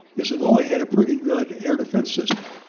is hanoi had a pretty good air defense system.